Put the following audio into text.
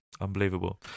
Unbelievable